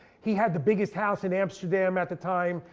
he had the biggest house in amsterdam at the time.